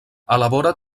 elabora